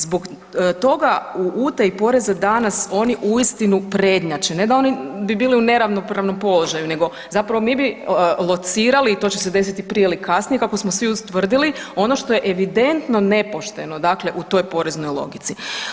Zbog toga u utaji poreza danas oni uistinu prednjače, ne da bi oni bili u neravnopravnom položaju nego zapravo mi bi locirali i to će se desiti prije ili kasnije kako smo svi ustvrdili, ono što je evidentno nepošteno u toj poreznoj logici.